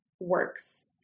works